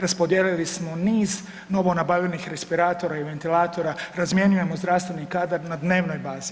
Raspodijelili smo niz novo nabavljenih respiratora i ventilatora, razmjenjujemo zdravstveni kadar na dnevnoj bazi.